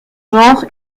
genre